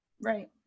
Right